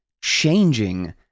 changing